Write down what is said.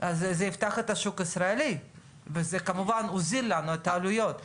אז זה יפתח את השוק הישראלי וזה כמובן יוזיל לנו את העלויות.